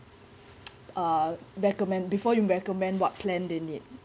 uh recommend before you recommend what plan they need